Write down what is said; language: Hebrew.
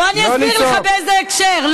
בוא אני אסביר לך באיזה הקשר.